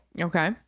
Okay